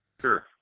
Sure